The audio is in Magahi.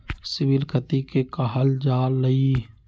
सिबिल कथि के काहल जा लई?